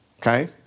Okay